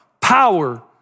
power